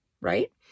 right